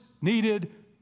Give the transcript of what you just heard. needed